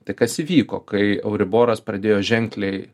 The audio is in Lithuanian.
tai kas įvyko kai euriboras pradėjo ženkliai